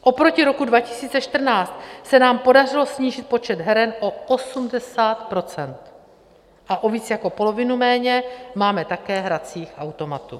Oproti roku 2014 se nám podařilo snížit počet heren o 80 % a o víc jak o polovinu méně máme také hracích automatů.